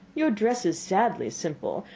your dress is sadly simple,